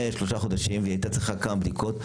שלושה חודשים והייתה צריכה כמה בדיקות,